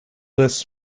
this